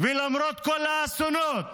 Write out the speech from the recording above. ולמרות כל האסונות